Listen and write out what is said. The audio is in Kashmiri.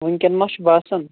وُنکیٚن ما چھُ باسان